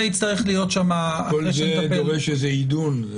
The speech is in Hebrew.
צריך להיות --- זה דורש איזה עידון.